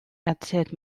erzählt